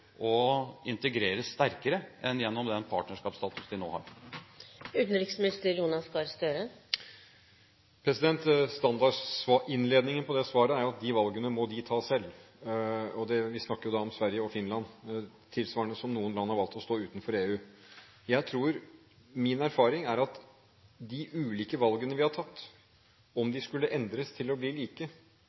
integreres sterkere enn gjennom den partnerskapsstatus de nå har. Standardinnledningen på det svaret er at de valgene må de ta selv. Vi snakker da om Sverige og Finland, tilsvarende om noen land har valgt å stå utenfor EU. Min erfaring er at i de ulike valgene vi har tatt, om de skulle endres til å bli like,